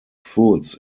foods